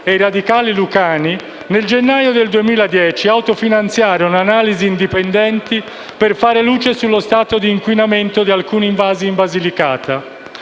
e i radicali lucani, nel gennaio del 2010, autofinanziarono analisi indipendenti per fare luce sullo stato di inquinamento di alcuni invasi in Basilicata.